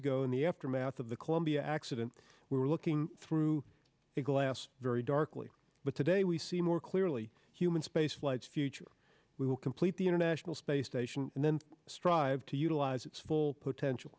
ago in the aftermath of the columbia accident we're looking through a glass very darkly but today we see more clearly human spaceflight future we will complete the international space station and then strive to utilize its full potential